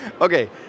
Okay